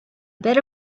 bit